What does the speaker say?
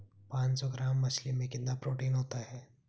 पांच सौ ग्राम मछली में कितना प्रोटीन होता है?